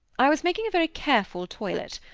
i was making a very careful toilet.